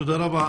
תודה רבה.